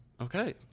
Okay